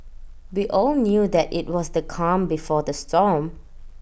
we all knew that IT was the calm before the storm